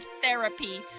therapy